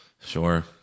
Sure